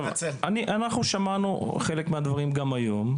אנחנו שמענו חלק מהדברים גם היום,